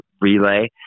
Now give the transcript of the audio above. relay